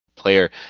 player